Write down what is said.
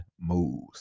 moves